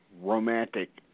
Romantic